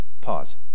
pause